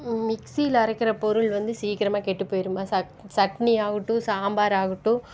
மிக்ஸியில் அரைக்கிற பொருள் வந்து சீக்கிரமாக கெட்டு போயிடும் சட் சட்னி ஆகட்டும் சாம்பார் ஆகட்டும்